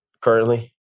currently